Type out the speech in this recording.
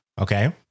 Okay